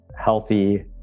healthy